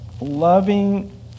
Loving